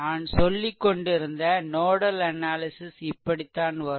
நான் சொல்லிக்கொண்டிருந்த nodal analysis இப்படிதான் வரும்